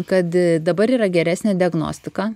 kad dabar yra geresnė diagnostika